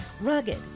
Rugged